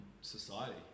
society